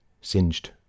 singed